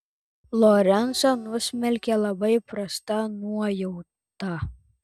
lorencą nusmelkė labai prasta nuojauta